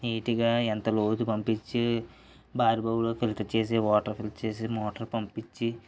నీట్గా ఎంత లోతు పంపించి బావి బోరులోకి ఫిల్టర్ చేసి వాటర్ ఫిల్టర్ చేసి మోటర్ పంపించి